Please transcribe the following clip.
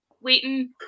waiting